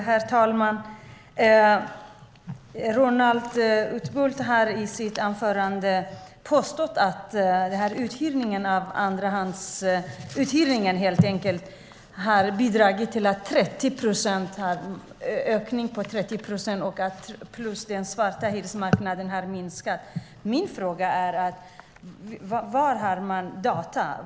Herr talman! Roland Utbult påstod i sitt anförande att utbudet när det gäller andrahandsuthyrning har ökat med 30 procent och att den svarta hyresmarknaden har minskat. Mina frågor är: Vad har han för data?